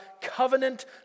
covenant